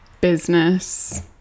business